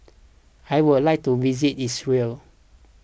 I would like to visit Israel